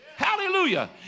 Hallelujah